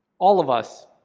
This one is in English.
all of us,